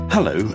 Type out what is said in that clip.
Hello